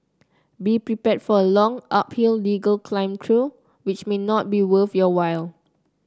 be prepared for a long uphill legal climb through which may not be worth your while